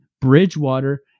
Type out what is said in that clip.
Bridgewater